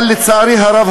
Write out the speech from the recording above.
אבל לצערי הרב,